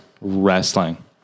wrestling